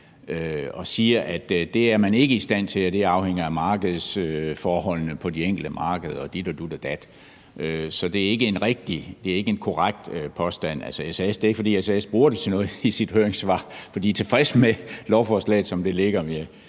og siger, at det er man ikke i stand til, og at det afhænger af markedsforholdene på de enkelte markeder og dit og dut og dat. Så det er ikke en korrekt påstand. Altså, det er ikke, fordi SAS bruger det til noget i sit høringssvar, for de er tilfredse med lovforslaget, som det ligger, men